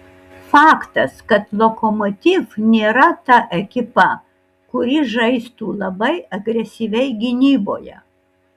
faktas kad lokomotiv nėra ta ekipa kuri žaistų labai agresyviai gynyboje